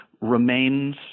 remains